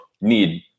need